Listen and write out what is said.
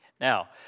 Now